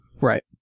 Right